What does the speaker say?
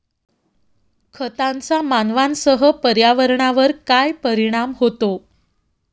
खतांचा मानवांसह पर्यावरणावर काय परिणाम होतो?